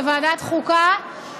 בוועדת החוקה,